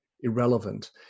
irrelevant